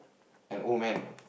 an old man